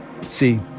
See